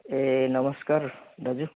ए नमस्कार दाजु